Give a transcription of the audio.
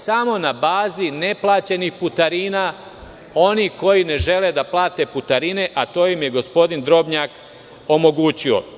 Samo na bazi neplaćenih putarina, oni koji ne žele da plate putarine, a to im je gospodin Drobnjak omogućio.